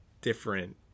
different